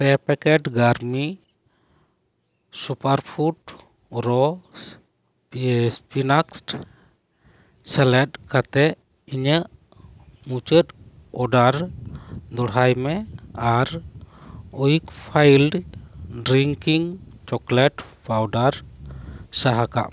ᱯᱮ ᱯᱮᱠᱮᱴᱥ ᱜᱨᱟᱢᱤ super food ᱨᱚ ᱯᱤᱱᱟᱴᱥ ᱥᱮᱞᱮᱫ ᱠᱟᱛᱮᱫ ᱤᱧᱟᱹᱜ ᱢᱩᱪᱟᱹᱫ ᱚᱰᱟᱨ ᱫᱚᱦᱲᱟᱭᱢᱮ ᱟᱨ ᱩᱭᱤᱠ ᱯᱷᱤᱞᱰ ᱰᱨᱤᱝᱠᱤᱝ ᱪᱚᱠᱞᱮᱴ ᱯᱟᱣᱰᱟᱨ ᱥᱟᱦᱟ ᱠᱟᱜᱢᱮ